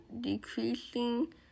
decreasing